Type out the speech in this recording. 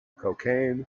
cocaine